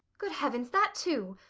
good heavens, that too!